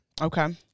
Okay